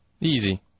Easy